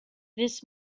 this